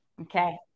Okay